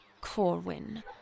Corwin